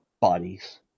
bodies